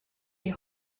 die